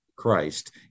Christ